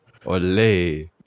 Olay